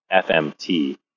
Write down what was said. FMT